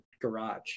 garage